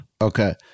Okay